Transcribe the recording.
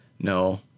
No